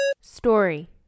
Story